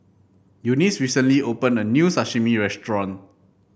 Eunice recently opened a new Sashimi restaurant